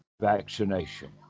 vaccination